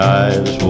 eyes